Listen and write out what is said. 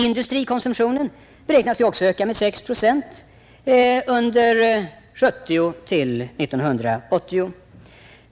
Industrikonsumtionen beräknas också öka med 6 procent under åren 1970-1980.